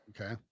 Okay